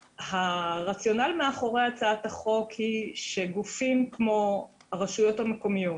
הרציונל מאחורי הצעת החוק הוא שגופים כמו הרשויות המקומיות